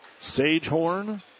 Sagehorn